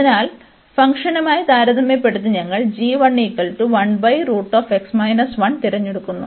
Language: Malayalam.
അതിനാൽ ഫംഗ്ഷനുമായി താരതമ്യപ്പെടുത്തി ഞങ്ങൾ തിരഞ്ഞെടുത്തു